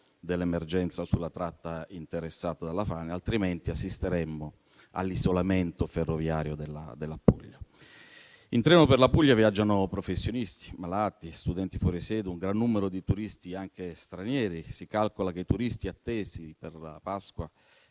dell'emergenza sulla tratta interessata dalla frana. Altrimenti, assisteremmo all'isolamento ferroviario della Puglia. In treno per la Puglia viaggiano professionisti, malati, studenti fuorisede ed un gran numero di turisti, anche stranieri. Si calcola che, tra Pasqua